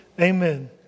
amen